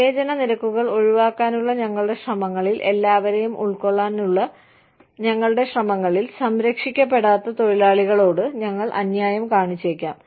വിവേചന നിരക്കുകൾ ഒഴിവാക്കാനുള്ള ഞങ്ങളുടെ ശ്രമങ്ങളിൽ എല്ലാവരേയും ഉൾക്കൊള്ളാനുള്ള ഞങ്ങളുടെ ശ്രമങ്ങളിൽ സംരക്ഷിക്കപ്പെടാത്ത തൊഴിലാളികളോട് ഞങ്ങൾ അന്യായം കാണിച്ചേക്കാം